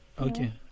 Okay